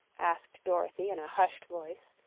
asked dorothy in a hushed voice,